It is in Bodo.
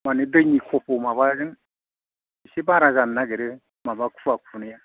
मानि दैनि खफ' माबाजों इसे बारा जानो नागिरो माबा खुवा खुनाया